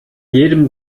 jedem